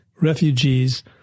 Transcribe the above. refugees